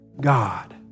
God